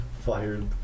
fired